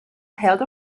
held